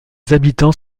habitants